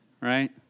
right